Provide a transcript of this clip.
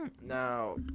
Now